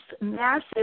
massive